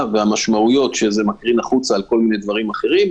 והמשמעויות שזה מקרין החוצה על כל מיני דברים אחרים.